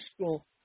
school